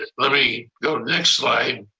ah let me go next slide,